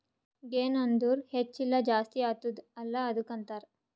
ಗೆನ್ ಅಂದುರ್ ಹೆಚ್ಚ ಇಲ್ಲ ಜಾಸ್ತಿ ಆತ್ತುದ ಅಲ್ಲಾ ಅದ್ದುಕ ಅಂತಾರ್